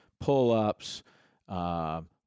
pull-ups